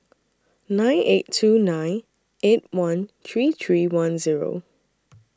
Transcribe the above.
nine eight two nine eight one three three one Zero